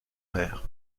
mère